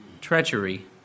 treachery